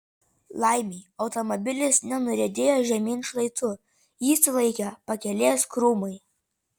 laimei automobilis nenuriedėjo žemyn šlaitu jį sulaikė pakelės krūmai